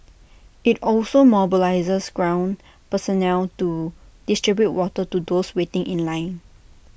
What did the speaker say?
IT also mobilised ground personnel to distribute water to those waiting in line